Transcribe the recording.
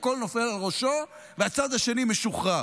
תמיד הכול נופל על ראשו, והצד השני משוחרר.